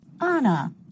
Anna